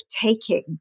taking